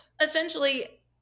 essentially